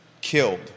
killed